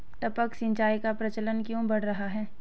टपक सिंचाई का प्रचलन क्यों बढ़ रहा है?